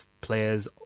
players